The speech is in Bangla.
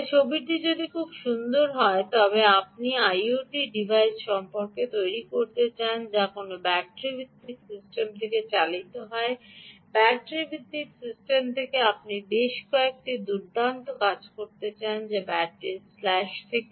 সুতরাং ছবিটি যদি খুব সুন্দর হয় যে আপনি যদি আপনার আইওটি ডিভাইসটি তৈরি করতে চান যা কোনও ব্যাটারি ভিত্তিক সিস্টেম থেকে চালিত হয় ব্যাটারি ভিত্তিক সিস্টেম থেকে আপনি বেশ কয়েকটি দুর্দান্ত কাজ করতে চান বা ব্যাটারি স্ল্যাশ থেকে